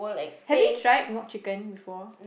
have you tried mock chicken before